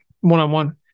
one-on-one